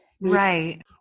right